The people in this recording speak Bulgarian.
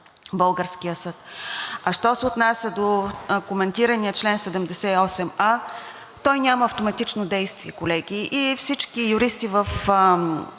българския съд. Що се отнася до коментирания чл. 78а, той няма автоматично действие, колеги, всички юристи в